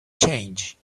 change